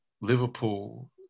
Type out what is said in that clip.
Liverpool